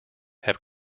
have